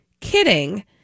kidding